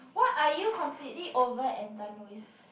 what are you completely over and done with